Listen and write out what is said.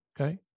okay